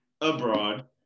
abroad